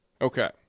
Okay